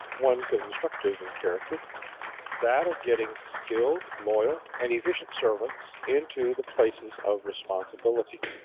one constructive in character that of getting skilled, loyal, and efficient servants into the places of responsibility.